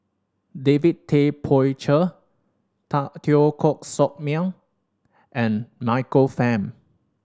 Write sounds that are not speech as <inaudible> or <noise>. David Tay Poey Cher <unintelligible> Teo Koh Sock Miang and Michael Fam